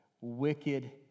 wicked